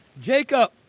Jacob